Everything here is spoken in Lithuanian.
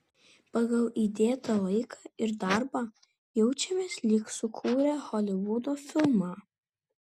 pagal įdėtą laiką ir darbą jaučiamės lyg sukūrę holivudo filmą